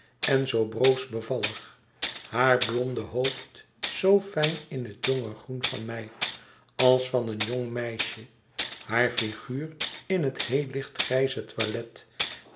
en zoo broos bevallig haar blonde hoofd zoo fijn in het jonge groen van mei als van een jong meisje haar figuur in het heel licht grijze toilet